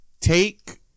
Take